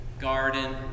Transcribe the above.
garden